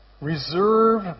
reserve